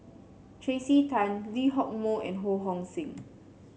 Tracey Tan Lee Hock Moh and Ho Hong Sing